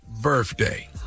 birthday